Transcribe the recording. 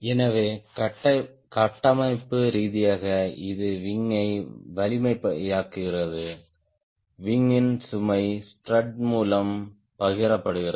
எனவே கட்டமைப்பு ரீதியாக இது விங் யை வலிமையாக்குகிறது விங் ன் சுமை ஸ்ட்ரட் மூலம் பகிரப்படுகிறது